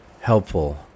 helpful